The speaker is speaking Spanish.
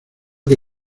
que